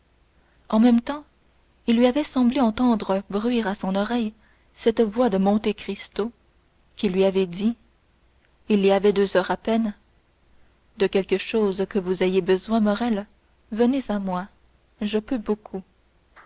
en même temps il lui avait semblé entendre bruire à son oreille cette voix de monte cristo qui lui avait dit il y avait deux heures à peine de quelque chose que vous ayez besoin morrel venez à moi je peux beaucoup